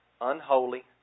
unholy